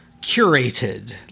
curated